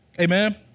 Amen